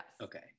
Okay